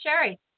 Sherry